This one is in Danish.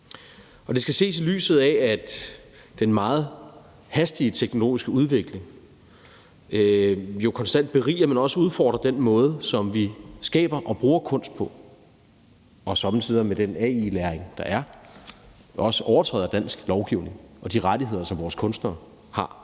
Det skal ses i lyset af, at den meget hastige teknologiske udvikling jo konstant beriger, men også udfordrer den måde, som vi skaber og bruger kunst på, sommetider også med den AI-læring, der finder sted, og som overtræder dansk lovgivning og strider mod de rettigheder, som vores kunstnere har.